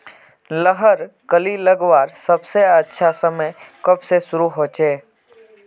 लहर कली लगवार सबसे अच्छा समय कब से शुरू होचए?